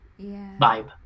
vibe